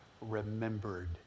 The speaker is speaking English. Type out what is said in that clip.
remembered